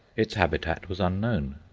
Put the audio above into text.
its habitat was unknown.